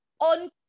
on